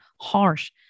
harsh